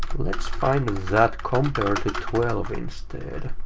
let's find that compare-to-twelve instead.